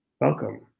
welcome